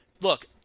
look